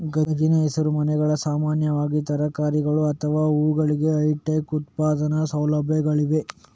ಗಾಜಿನ ಹಸಿರುಮನೆಗಳು ಸಾಮಾನ್ಯವಾಗಿ ತರಕಾರಿಗಳು ಅಥವಾ ಹೂವುಗಳಿಗೆ ಹೈಟೆಕ್ ಉತ್ಪಾದನಾ ಸೌಲಭ್ಯಗಳಾಗಿವೆ